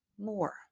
more